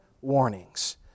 warnings